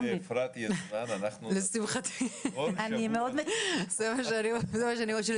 אפרת ישבה ואנחנו -- זה מה שאני אומרת,